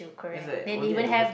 that's like only at the hot~